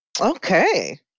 Okay